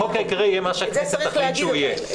החוק העיקרי יהיה מה שהכנסת תחליט שהוא יהיה.